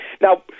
Now